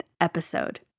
episode